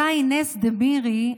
אותה אינס דמירי,